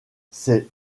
ses